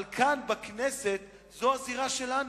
אבל כאן בכנסת, זו הזירה שלנו,